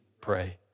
pray